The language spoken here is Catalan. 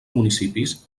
municipis